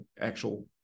actual